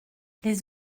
les